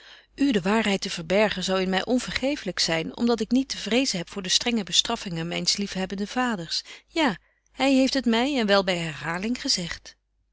de waarheid te verbergen zou in my onvergeeflyk zyn om dat ik niet te vrezen heb voor de strenge bestraffingen myns liefhebbenden vaders ja hy heeft het my en wel by herhaling gezegt